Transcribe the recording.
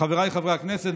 חבריי חברי הכנסת,